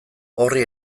horri